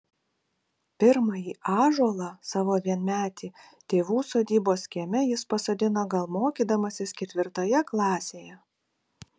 pirmąjį ąžuolą savo vienmetį tėvų sodybos kieme jis pasodino gal mokydamasis ketvirtoje klasėje